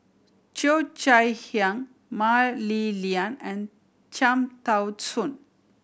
Cheo Chai Hiang Mah Li Lian and Cham Tao Soon